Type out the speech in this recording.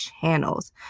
channels